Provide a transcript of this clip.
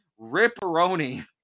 Ripperoni